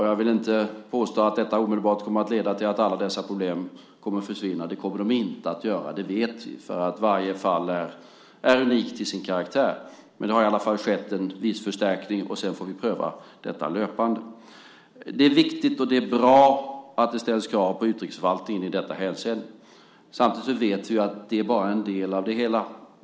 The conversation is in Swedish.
Jag vill inte påstå att detta omedelbart kommer att leda till att alla dessa problem kommer att försvinna. Det kommer de inte att göra. Det vet vi, för varje fall är unikt i sin karaktär. Men nu har det i varje fall skett en resursförstärkning, och sedan får vi pröva detta löpande. Det är viktigt och bra att det ställs krav på utrikesförvaltningen i detta hänseende. Samtidigt vet vi att detta bara är en del av det hela.